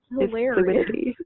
hilarious